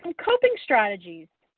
and coping strategies,